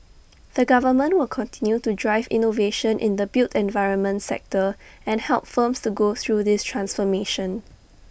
the government will continue to drive innovation in the built environment sector and help firms to go through this transformation